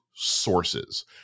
Sources